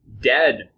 dead